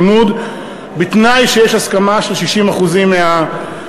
לימוד בתנאי שיש הסכמה של 60% מההורים,